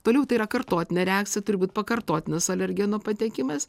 toliau tai yra kartotinė reakcija turi būt pakartotinas alergenų patekimas